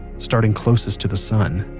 starting closest to the sun,